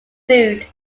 food